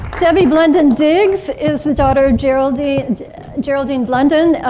debbie blunden-diggs is the daughter geraldine geraldine blunden.